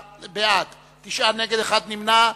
בעד, 44, נגד, 9, ונמנע אחד.